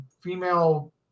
female